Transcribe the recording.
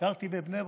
גרתי בבני ברק,